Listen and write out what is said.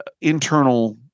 internal